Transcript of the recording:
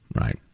Right